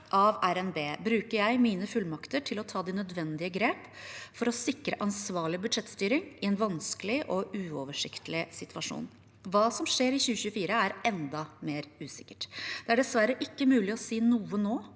bruker jeg mine fullmakter til å ta de nødvendige grep for å sikre ansvarlig budsjettstyring i en vanskelig og uoversiktlig situasjon. Hva som skjer i 2024, er enda mer usikkert. Det er dessverre ikke mulig å si noe nå